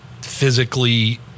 physically